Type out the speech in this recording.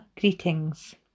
greetings